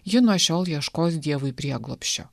ji nuo šiol ieškos dievui prieglobsčio